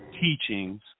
teachings